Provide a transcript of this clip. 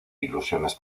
ilusiones